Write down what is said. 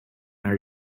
are